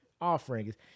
offerings